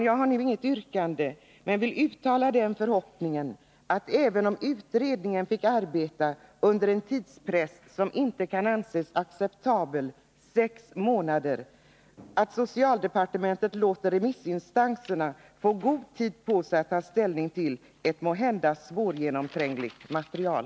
Jag har inget yrkande, men jag uttalar förhoppningen att socialministern, även om utredningen fick arbeta under en tidspress som inte kan anses acceptabel — sex månader — låter remissinstanserna få god tid på sig att ta ställning till ett måhända svårgenomträngligt material.